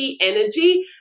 energy